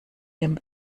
dem